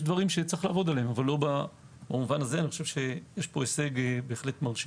יש דברים שיש לעבוד עליהם אבל במובן הזה יש פה הישג בהחלט מרשים.